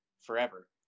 forever